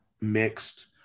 mixed